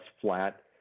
flat